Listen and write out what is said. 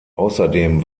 außerdem